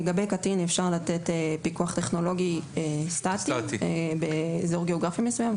לגבי קטין אפשר לתת פיקוח טכנולוגי סטטי באזור גיאוגרפי מסוים,